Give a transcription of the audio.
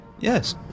Yes